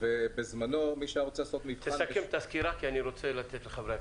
נעשה את זה מוצר מדף.